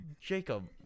Jacob